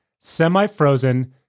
semi-frozen